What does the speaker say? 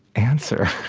answer.